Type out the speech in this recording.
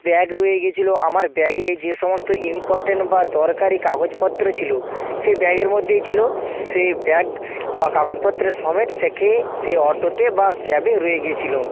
bag রয়ে গিয়েছিল আমার ব্যাগে যে সমস্ত ইমপর্টেন্ট বা দরকারি কাগজপত্র ছিল সেই ব্যাগের মধ্যেই ছিল সেই ব্যাগ বা কাগজপত্র সমেত সেখে সে অটোতে বা ক্যাবে রয়ে গিয়েছিল